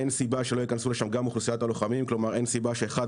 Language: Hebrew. אין סיבה שלא ייכנסו לשם גם אוכלוסיית הלוחמים כלומר אין סיבה שאחת